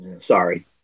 Sorry